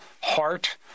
heart